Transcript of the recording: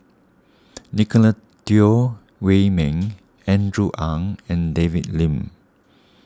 Nicolette Teo Wei Min Andrew Ang and David Lim